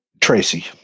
Tracy